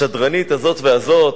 השדרנית הזאת והזאת,